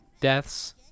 Deaths